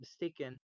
mistaken